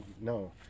No